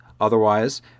otherwise